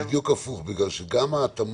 בדיוק הפוך, בגלל שגם ההתאמות